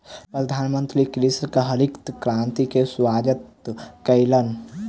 प्रधानमंत्री कृषकक हरित क्रांति के स्वागत कयलैन